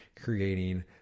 creating